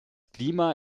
klima